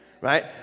right